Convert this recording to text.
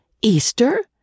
Easter